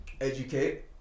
educate